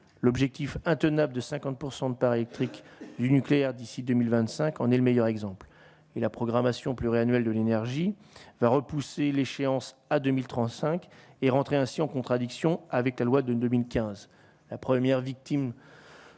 l'objectif intenable de 50 pourcent de parts électrique du nucléaire d'ici 2025 on est le meilleur exemple et la programmation pluriannuelle de l'énergie va repousser l'échéance à 2035 et rentrer, ainsi en contradiction avec la loi de 2015, premières victimes